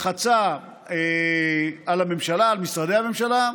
לחצה על הממשלה, על משרדי הממשלה.